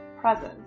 present